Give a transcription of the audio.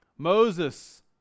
Moses